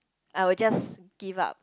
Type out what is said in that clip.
I would just give up